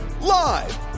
Live